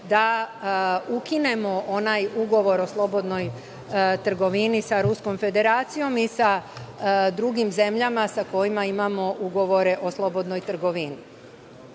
da ukinemo onaj ugovor o slobodnoj trgovini sa Ruskom Federacijom i sa drugim zemljama sa kojima imamo ugovore o slobodnoj trgovini. Dalje,